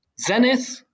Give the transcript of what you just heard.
Zenith